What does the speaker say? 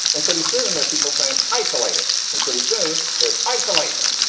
and pretty soon there are people saying isolated and pretty soon there's isolation.